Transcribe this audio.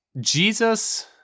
Jesus